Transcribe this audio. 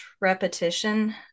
repetition